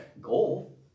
goal